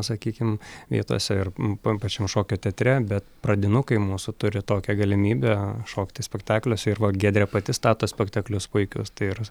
sakykim vietose ir tam pačiam šokio teatre bet pradinukai mūsų turi tokią galimybę šokti spektakliuose ir va giedrė pati stato spektaklius puikius tai ir